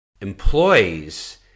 employees